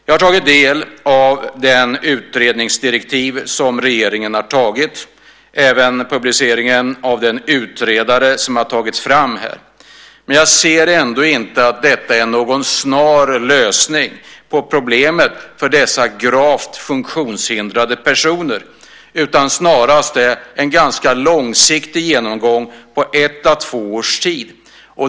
Jag har tagit del av de utredningsdirektiv som regeringen har antagit och även publiceringen av den utredare som har tagits fram här. Men jag ser ändå inte att det finns någon snar lösning på problemet för dessa gravt funktionshindrade personer, utan det är snarast en ganska långsiktig genomgång på 1-2 års tid.